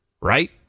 right